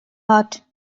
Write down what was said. heart